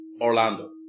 Orlando